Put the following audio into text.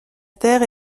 terre